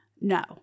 No